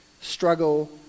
struggle